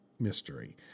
mystery